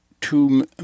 two